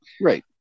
right